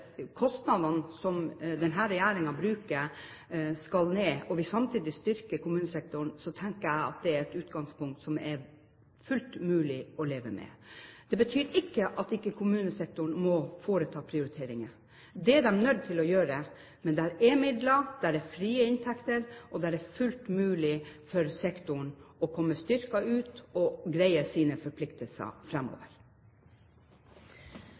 kostnadene til denne regjeringen skal ned, og vi samtidig styrker kommunesektoren, tenker jeg at det er et utgangspunkt som det er fullt mulig å leve med. Det betyr ikke at ikke kommunesektoren må foreta prioriteringer. Det er de nødt til å gjøre. Men det er midler, det er frie inntekter, og det er fullt mulig for sektoren å komme styrket ut og greie sine forpliktelser